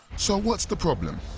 so what's the problem?